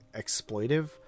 exploitive